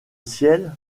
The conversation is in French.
ciel